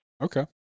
Okay